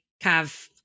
Cav